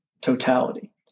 totality